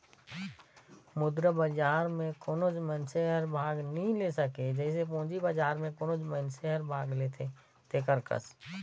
मुद्रा बजार में कोनोच मइनसे हर भाग नी ले सके जइसे पूंजी बजार में कोनो मइनसे हर भाग लेथे तेकर कस